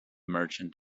merchant